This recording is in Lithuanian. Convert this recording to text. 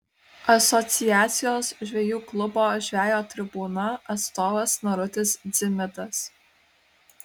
asociacijos žvejų klubo žvejo tribūna atstovas narutis dzimidas